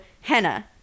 henna